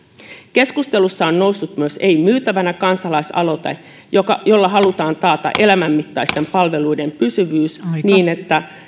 keskustelussa on noussut esiin myös ei myytävänä kansalaisaloite jolla halutaan taata elämänmittaisten palveluiden pysyvyys niin että